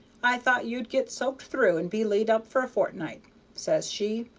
i thought you'd get soaked through, and be laid up for a fortnight says she.